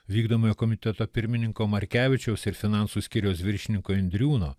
vykdomojo komiteto pirmininko markevičiaus ir finansų skyriaus viršininko indriūno